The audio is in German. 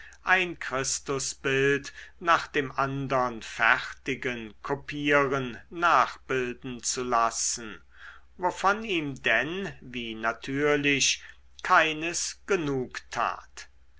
ein christusbild nach dem andern fertigen kopieren nachbilden zu lassen wovon ihm denn wie natürlich keines genug tat